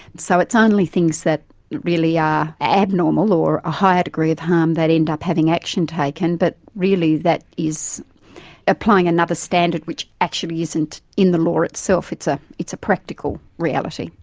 so it's only things that really are abnormal, or a higher degree of harm, that end up having action taken, but really that is applying another standard which actually isn't in the law itself, it's ah it's a practical reality,